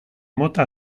mota